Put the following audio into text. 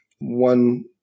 one